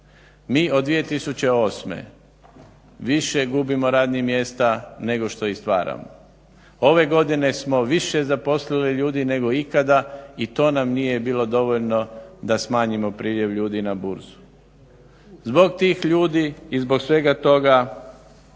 Mi od 2008. više gubimo radnih mjesta nego što ih stvaramo. Ove godine smo više zaposlili ljudi nego ikada i to nam nije bilo dovoljno da smanjimo priljev ljudi na burzu. Zbog tih ljudi i zbog svega toga